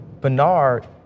Bernard